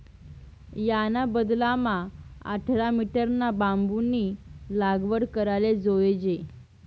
याना बदलामा आठरा मीटरना बांबूनी लागवड कराले जोयजे